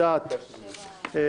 הצעת חוק הבאה: